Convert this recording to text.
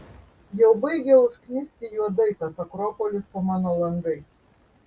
jau baigia užknisti juodai tas akropolis po mano langais